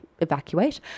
evacuate